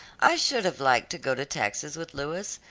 i should have liked to go to texas with louis,